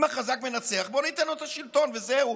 אם החזק מנצח, בוא ניתן לו את השלטון וזהו.